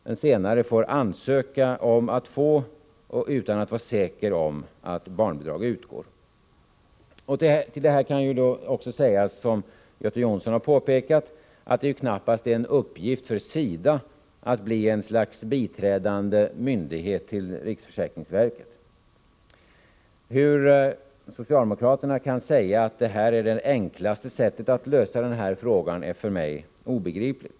Den senare får ansöka om bidrag utan att vara säker om att något sådant utgår. Till det här kan också sägas, som Göte Jonsson har påpekat, att det knappast är en uppgift för SIDA att bli ett slags biträdande myndighet till riksförsäkringsverket. Hur socialdemokraterna kan säga att det här är det enklaste sättet att lösa frågan är för mig obegripligt.